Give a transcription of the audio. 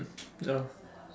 ya